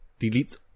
deletes